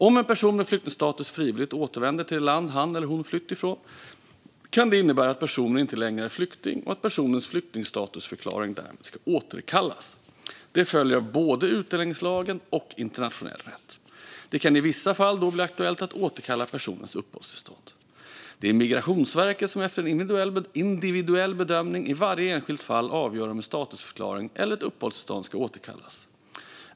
Om en person med flyktingstatus frivilligt återvänder till det land som han eller hon flytt från kan det innebära att personen inte längre är flykting och att personens flyktingstatusförklaring därmed ska återkallas. Detta följer av både utlänningslagen och internationell rätt. Det kan i vissa fall då bli aktuellt att återkalla personens uppehållstillstånd. Det är Migrationsverket som efter en individuell bedömning i varje enskilt fall avgör om en statusförklaring eller ett uppehållstillstånd ska återkallas.